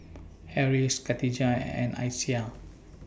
Harris Katijah and Aisyah